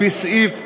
על-פי סעיף 18(ג)